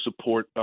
support –